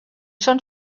són